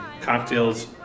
cocktails